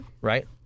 right